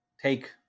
take